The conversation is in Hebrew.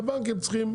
והבנקים צריכים.